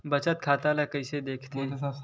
बचत खाता ला कइसे दिखथे?